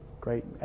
Great